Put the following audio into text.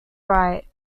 write